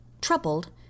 troubled